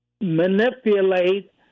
manipulate